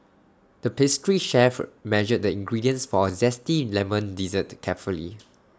the pastry chef measured the ingredients for A Zesty Lemon Dessert carefully